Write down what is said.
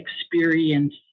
experience